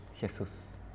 Jesus